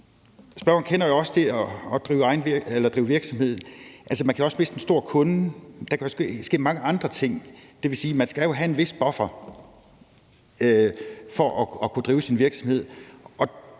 Spørgeren kender jo også til det at drive virksomhed. Man kan jo også miste en stor kunde. Der kan ske mange andre ting, og det vil sige, at man jo skal have en vis buffer for at kunne drive sin virksomhed.